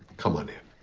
come on in.